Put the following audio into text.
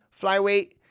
flyweight